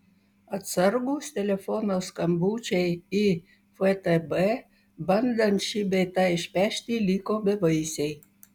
atsargūs telefono skambučiai į ftb bandant šį bei tą išpešti liko bevaisiai